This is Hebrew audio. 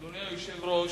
אדוני היושב-ראש,